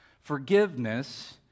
Forgiveness